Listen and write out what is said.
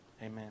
Amen